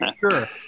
sure